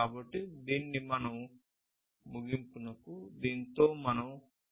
కాబట్టి దీనితో మనం ముగింపుకు వస్తాము